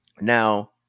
Now